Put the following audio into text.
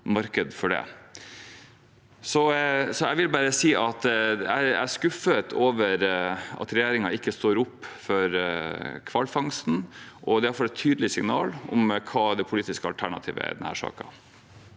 Jeg er skuffet over at regjeringen ikke står opp for hvalfangsten. Dette er i alle fall et tydelig signal om hva det politiske alternativet er i denne saken.